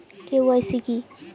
KYC কী?